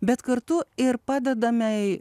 bet kartu ir padedame